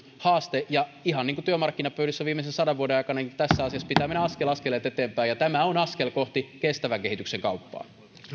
haaste ja ihan niin kuin työmarkkinapöydissä viimeisen sadan vuoden aikana tässä asiassa pitää mennä askel askeleelta eteenpäin ja tämä on askel kohti kestävän kehityksen kauppaa